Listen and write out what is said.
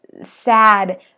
Sad